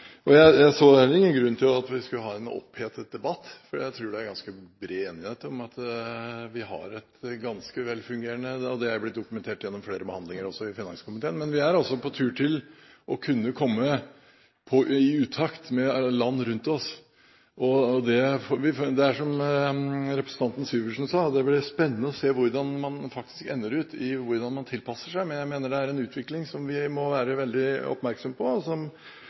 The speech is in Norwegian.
Jeg så heller ingen grunn til at vi skulle ha en opphetet debatt, for jeg tror det er ganske bred enighet om at vi har et ganske velfungerende system. Det har blitt dokumentert gjennom flere forhandlinger også i finanskomiteen. Men vi er altså på tur til å kunne komme i utakt med land rundt oss. Det blir som representanten Syversen sa, spennende å se hvordan man faktisk ender opp, og hvordan man tilpasser seg. Men jeg mener det er en utvikling som vi må være veldig oppmerksom på, og som kan få innvirkning på hvordan vi skal tilpasse oss her i Norge. Dette kommer vi vel mer tilbake til i perspektivmeldingen, som